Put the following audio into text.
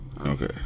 Okay